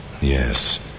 Yes